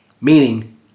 meaning